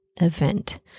event